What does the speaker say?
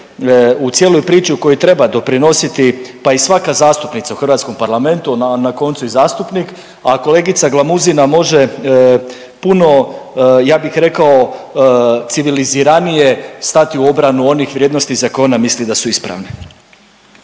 u cijeloj priči u kojoj i treba doprinositi, pa i svaka zastupnica u hrvatskom parlamentu, na koncu i zastupnik, a kolegica Glamuzina može puno, ja bih rekao civiliziranije stati u obranu onih vrijednosti za koje ona misli da su ispravne.